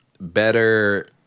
better